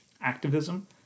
activism